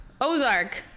Ozark